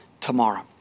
tomorrow